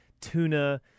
tuna